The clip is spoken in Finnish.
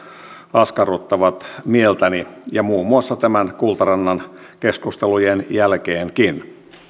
askarruttavat mieltäni muun muassa näiden kultarannan keskustelujen jälkeenkin